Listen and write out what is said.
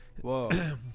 Whoa